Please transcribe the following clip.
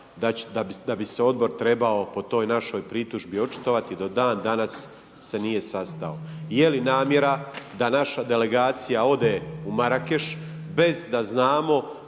da bi se Odbor trebao po toj našoj pritužbi očitovati, do dan danas se nije sastao. Je li namjera da naša delegacije ode u Marakeš bez da znamo